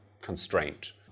constraint